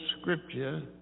scripture